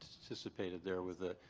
anticipated there with the.